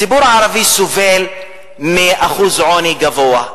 הציבור הערבי סובל מאחוז עוני גבוה,